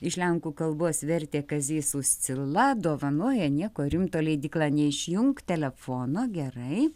iš lenkų kalbos vertė kazys uscila dovanoja nieko rimto leidykla neišjunk telefono gerai